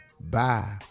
Bye